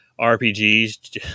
RPGs